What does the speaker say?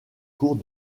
cours